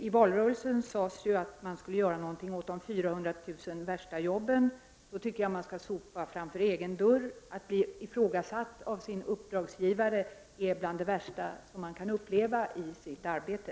I valrörelsen sades det att man skulle göra någonting åt de 400 000 värsta jobben. Jag tycker emellertid att man skall sopa rent framför egen dörr. Att bli ifrågasatt av sin uppdragsgivare är bland det värsta man kan uppleva i sitt arbete.